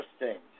interesting